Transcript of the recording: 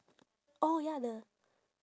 oh ya the